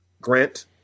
Grant